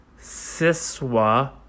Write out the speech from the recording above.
Siswa